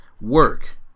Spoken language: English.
work